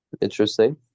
Interesting